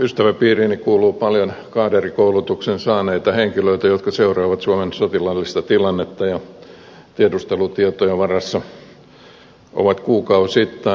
ystäväpiiriini kuuluu paljon kaaderikoulutuksen saaneita henkilöitä jotka seuraavat suomen sotilaallista tilannetta ja ovat tiedustelutietojen varassa kuukausittain